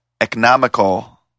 economical